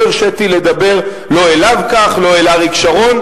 לא הרשיתי לדבר כך לא עליו ולא על אריק שרון,